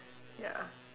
ya